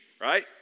right